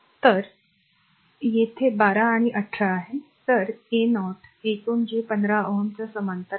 तर येथे 12 आणि 18 आहे तर a0 a0 Ω एकूण जे 15 Ω च्या समांतर आहे